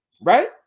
right